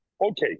Okay